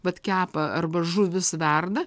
vat kepa arba žuvys verda